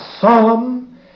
solemn